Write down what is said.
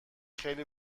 خیلی